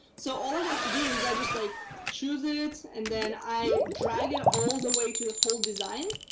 so all i have to do is i just like choose it, and then i drag it all the way to the whole design.